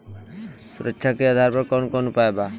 सुधार के कौन कौन उपाय वा?